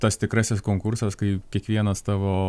tas tikrasis konkursas kai kiekvienas tavo